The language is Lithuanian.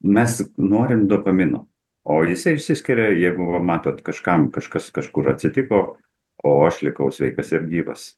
mes norim dopamino o jisai išsiskiria jeigu va matot kažkam kažkas kažkur atsitiko o aš likau sveikas ir gyvas